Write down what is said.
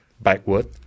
backward